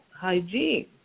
hygiene